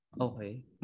Okay